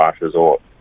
resort